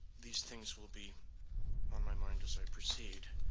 these things will be on my mind as i proceed.